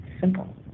simple